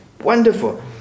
Wonderful